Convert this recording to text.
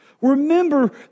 Remember